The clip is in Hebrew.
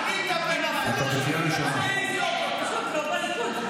הם פשוט לא בליכוד.